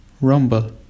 Rumble